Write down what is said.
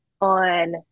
on